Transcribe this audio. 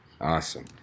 Awesome